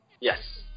Yes